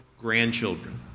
grandchildren